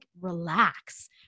relax